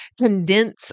condense